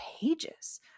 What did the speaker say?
pages